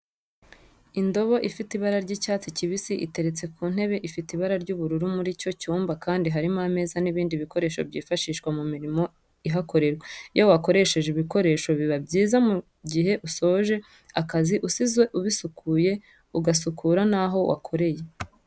Indobo ifite ibara ry'icyats kibisi iteretse ku ntebe ifite ibara ry'ubururu muri icyo cyumba kandi harimo ameza n'ibindi bikoresho byifashishwa mu mirimo ihakorerwa, iyo wakoresheje ibikoresho biba byiza mu gihe usoje akazi usize ubisukuye ugasukura naho wakoreye.